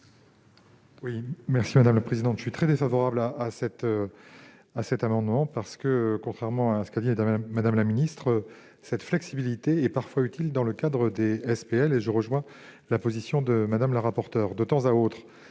pour explication de vote. Je suis très défavorable à cet amendement. Contrairement à ce qu'a dit Mme la ministre, cette flexibilité est parfois utile dans le cadre des SPL. Je rejoins la position de Mme la rapporteure : de temps à autre,